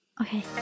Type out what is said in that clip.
Okay